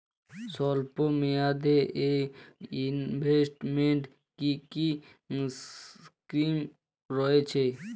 স্বল্পমেয়াদে এ ইনভেস্টমেন্ট কি কী স্কীম রয়েছে?